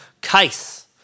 case